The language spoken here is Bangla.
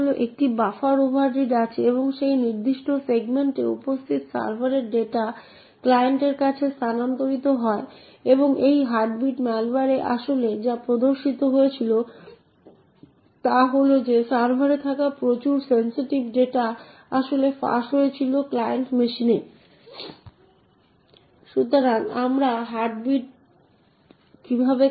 দ্বিতীয় যুক্তি এবং আপনি জানেন যে 64 প্রকৃতপক্ষে প্রদর্শিত হচ্ছে এবং একইভাবে স্ট্যাকের অন্যান্য বিষয়বস্তু হলো alSo